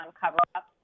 cover-up